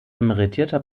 emeritierter